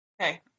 Okay